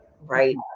Right